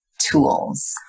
tools